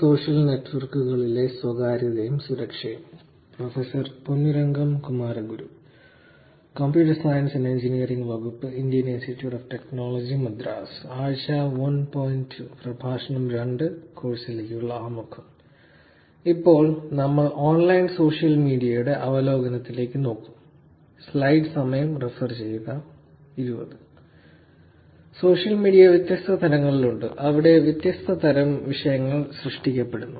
social media വ്യത്യസ്ത തരങ്ങളിലുണ്ട് അവിടെ വ്യത്യസ്ത തരം വിഷയങ്ങൾ സൃഷ്ടിക്കപ്പെടുന്നു